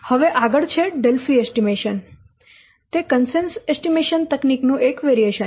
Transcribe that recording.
હવે આગળ છે ડેલ્ફી એસ્ટીમેશન તે કન્સેન્સસ એસ્ટીમેશન તકનીક નું વેરીએશન છે